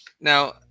Now